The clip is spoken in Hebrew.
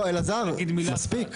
טוב, אלעזר, מספיק.